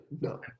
No